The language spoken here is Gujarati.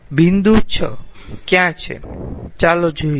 બિંદુ 6 ક્યાં છે ચાલો જોઈએ